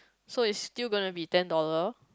so is still going to be ten dollar